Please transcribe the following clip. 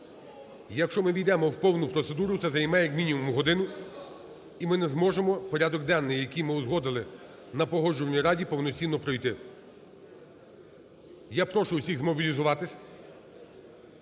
якщо ми ввійдемо в повну процедуру, це займе як мінімум годину і ми не зможемо порядок денний, який ми узгодили на Погоджувальні раді, повноцінно пройти. Я прошу всіхзмобілізуватися,